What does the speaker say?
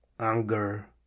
anger